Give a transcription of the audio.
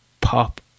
pop